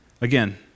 Again